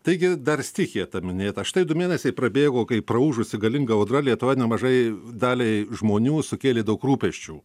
taigi dar stichija ta minėta štai du mėnesiai prabėgo kai praūžusi galinga audra lietuvoj nemažai daliai žmonių sukėlė daug rūpesčių